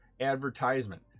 advertisement